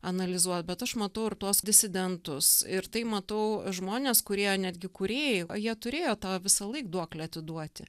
analizuot bet aš matau ir tuos disidentus ir tai matau žmones kurie netgi kūrėjai jie turėjo tą visąlaik duoklę atiduoti